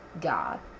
God